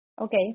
Okay